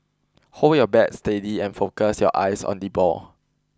hold your bat steady and focus your eyes on the ball